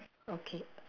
okay